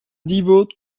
devout